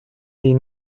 des